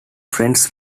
friends